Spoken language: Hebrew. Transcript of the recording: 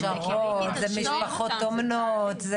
זה הכשרות, זה משפחות אומנות.